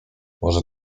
może